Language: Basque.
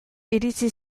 iritsi